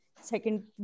second